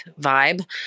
vibe